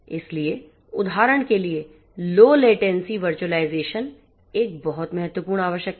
इसलिए उदाहरण के लिए लो लेटेंसी वर्चुअलाइजेशन एक बहुत महत्वपूर्ण आवश्यकता है